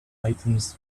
items